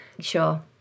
sure